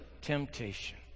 temptation